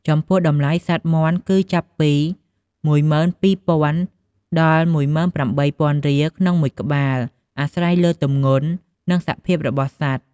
ចំពោះតម្លៃសត្វមាន់គឺចាប់ពី ១២,០០០ ដល់ ១៨,០០០ រៀលក្នុងមួយក្បាល អាស្រ័យលើទម្ងន់ និងសភាពរបស់សត្វ។